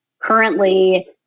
Currently